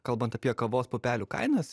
kalbant apie kavos pupelių kainas